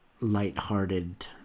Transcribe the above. lighthearted